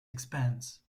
expands